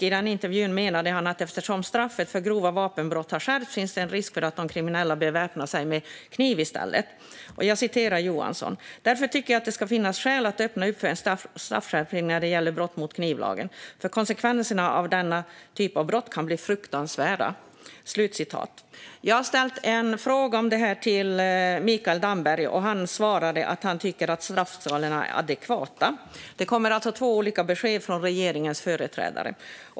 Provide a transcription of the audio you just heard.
I intervjun menade han att eftersom straffet för grova vapenbrott har skärpts finns det en risk för att de kriminella i stället beväpnar sig med kniv. Morgan Johansson sa: Därför tycker jag att det kan finnas skäl att öppna upp för en straffskärpning när det gäller brott mot knivlagen, för konsekvenserna av denna typ av brott kan bli fruktansvärda. Jag har ställt en fråga om det här till Mikael Damberg, och han svarade att han tycker att straffskalorna är adekvata. Det kommer alltså två olika besked från regeringens företrädare.